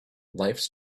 lifes